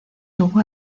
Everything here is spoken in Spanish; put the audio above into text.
tuvo